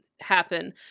happen